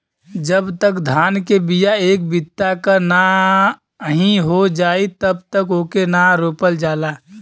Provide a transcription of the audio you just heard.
जब तक धान के बिया एक बित्ता क नाहीं हो जाई तब तक ओके रोपल ना जाला